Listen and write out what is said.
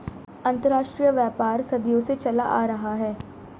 अंतरराष्ट्रीय व्यापार सदियों से चला आ रहा है